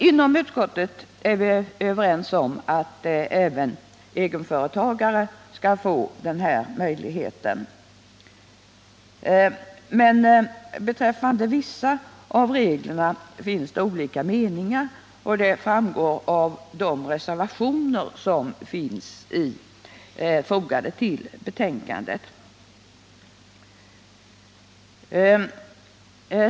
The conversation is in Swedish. Inom utskottet är vi överens om att även egenföretagare skall få den här möjligheten. Men beträffande vissa av reglerna finns det olika meningar, och det framgår av de reservationer som fogats till betänkandet.